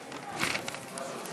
ההצעה